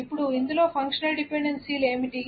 ఇప్పుడు ఇందులో ఫంక్షనల్ డిపెండెన్సీలు ఏమిటి